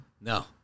No